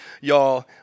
y'all